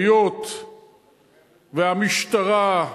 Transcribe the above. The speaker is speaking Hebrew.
היות שהמשטרה